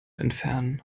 entfernen